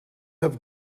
have